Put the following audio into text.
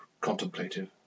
contemplative